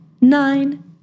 nine